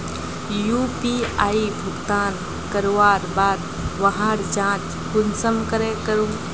UPI भुगतान करवार बाद वहार जाँच कुंसम करे करूम?